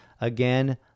again